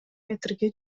метрге